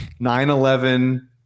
9-11